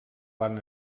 van